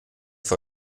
für